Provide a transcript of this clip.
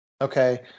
okay